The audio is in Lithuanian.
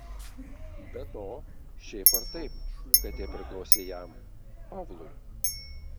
be to šiaip ar taip katė priklausė jam pavlui